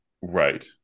Right